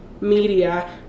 media